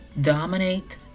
dominate